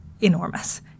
enormous